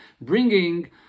bringing